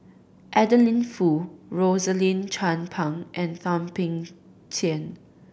Adeline Foo Rosaline Chan Pang and Thum Ping Tjin